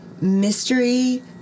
mystery